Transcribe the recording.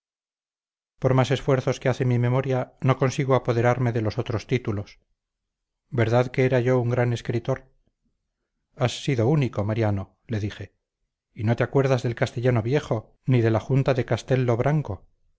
por más esfuerzos que hace mi memoria no consigo apoderarme de los otros títulos verdad que era yo un gran escritor has sido único mariano le dije y no te acuerdas del castellano viejo ni de la junta de castello branco